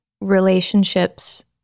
relationships